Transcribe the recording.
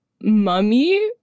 Mummy